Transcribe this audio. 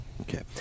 Okay